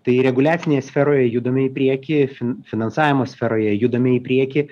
tai reguliacinėje sferoje judame į priekį finansavimo sferoje judame į priekį